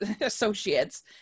associates